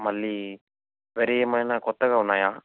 మళ్ళీ వేరే ఏమయినా కొత్తగా ఉన్నాయా